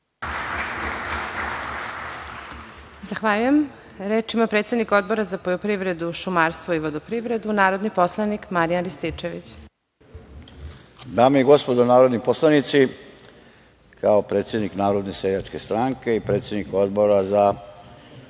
Zahvaljujem. Reč ima predsednik Odbora za poljoprivredu, šumarstvo i vodoprivredu, narodni poslanik Marijan Rističević. **Marijan Rističević** Dame i gospodo narodni poslanici, kao predsednik Narodne seljačke stranke i predsednik odbora,